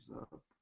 up